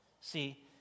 See